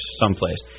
someplace